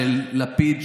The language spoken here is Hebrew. של לפיד,